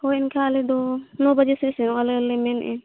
ᱦᱳᱭ ᱮᱱᱠᱷᱟᱱ ᱟᱞᱮᱫᱚ ᱱᱚ ᱵᱟᱡᱮ ᱥᱮᱫ ᱥᱮᱱᱚᱜ ᱟᱞᱮ ᱞᱮ ᱢᱮᱱᱮᱫᱼᱟ